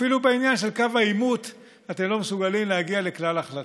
אפילו בעניין של קו העימות אתם לא מסוגלים להגיע לכלל החלטה.